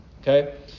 Okay